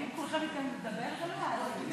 אם כולכם מתכוונים לדבר, זה לא יעלה.